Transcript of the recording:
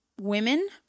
women